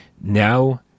Now